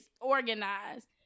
organized